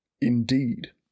indeed